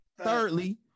Thirdly